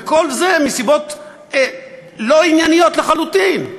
וכל זה מסיבות לא ענייניות לחלוטין.